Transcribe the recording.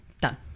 Done